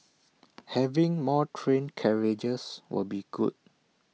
having more train carriages will be good